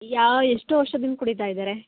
ಯಾವ ಎಷ್ಟು ವರ್ಷದಿಂದ ಕುಡೀತಾ ಇದ್ದಾರೆ